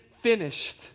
finished